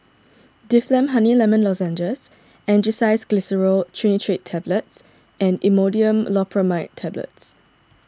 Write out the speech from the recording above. Difflam Honey Lemon Lozenges Angised Glyceryl Trinitrate Tablets and Imodium Loperamide Tablets